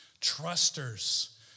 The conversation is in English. trusters